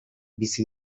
bizi